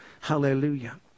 Hallelujah